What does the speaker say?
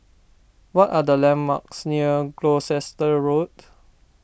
what are the landmarks near Gloucester Road